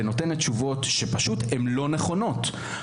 ונותנת תשובות שהן לא נכונות.